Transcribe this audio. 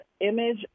image